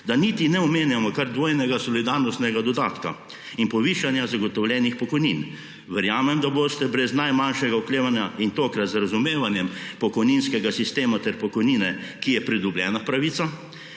da niti ne omenjamo kar dvojnega solidarnostnega dodatka in povišanja zagotovljenih pokojnin. Verjamem, da boste brez najmanjšega oklevanja in tokrat z razumevanjem pokojninskega sistema ter pokojnine, ki je pridobljena pravica,